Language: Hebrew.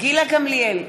גילה גמליאל,